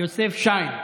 יוסף שיין.